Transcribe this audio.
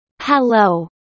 Hello